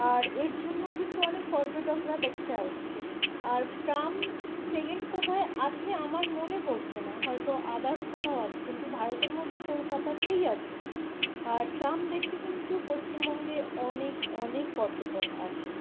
আর এর জন্যও কিন্তু অনেক পর্যটকরা দেখতে আসছে আর ট্রাম সেকেন্ড কোথায় আছে আমার মনে পড়ছে না হয়তো আদার্স কোথাও আছে কিন্তু ভারতের মধ্যে কলকাতাতেই আছে আর ট্রাম দেখতে কিন্তু পশ্চিমবঙ্গে অনেক অনেক পর্যটক আসে